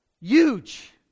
huge